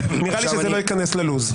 נראה לי שזה לא ייכנס ללו"ז.